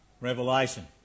Revelation